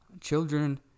children